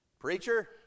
Preacher